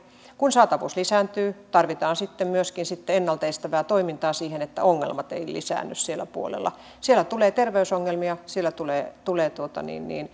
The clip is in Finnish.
kun saatavuus lisääntyy tarvitaan sitten myöskin ennalta estävää toimintaa siihen että ongelmat eivät lisäänny sillä puolella siellä tulee terveysongelmia siellä tulee tulee